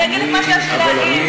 אני אגיד את מה שיש לי להגיד.